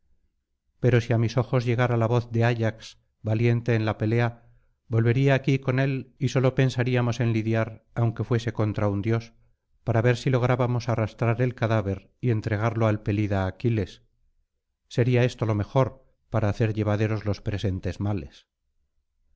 pero si á mis oídos llegara la voz de ayax valiente en la pelea volvería aquí con él y sólo pensaríamos en lidiar aunque fuese contra un dios para ver si lográbamos arrastrar el cadáver y entregarlo al pelida aquiles sería esto lo mejor para hacer llevaderos los presentes males